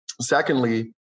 Secondly